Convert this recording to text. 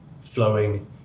flowing